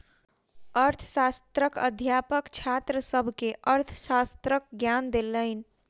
अर्थशास्त्रक अध्यापक छात्र सभ के अर्थशास्त्रक ज्ञान देलैन